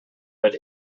but